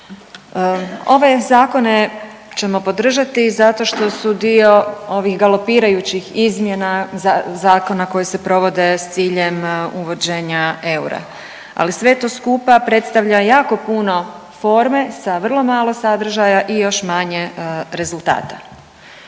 Ove zakone ćemo podržati zato što su dio ovih galopirajućih izmjena zakona koji se provode s ciljem uvođenja eura. Ali sve to skupa predstavlja jako puno forme sa vrlo malo sadržaja i još manje rezultata.